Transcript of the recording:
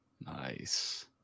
nice